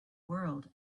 world